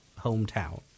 hometown